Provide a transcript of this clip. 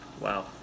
Wow